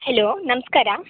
hello ನಮಸ್ಕಾರ